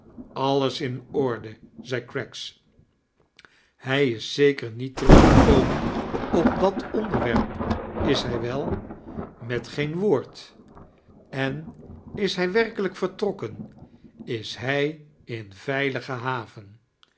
alles in orde zei craggs hij is zeker niet teruggekomen op dat ondeirwerp is hij wel met geen woord en is hij werkelijk vertrokken is hij in veilige haven